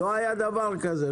לא היה דבר כזה.